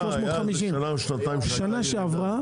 בשנה שעברה,